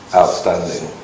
outstanding